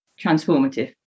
transformative